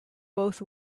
both